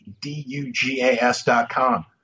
d-u-g-a-s.com